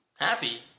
happy